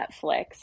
Netflix